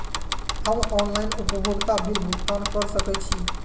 हम ऑनलाइन उपभोगता बिल भुगतान कर सकैछी?